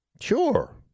Sure